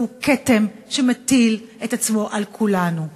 זהו כתם שמטיל את עצמו על כולנו.